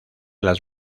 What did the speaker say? las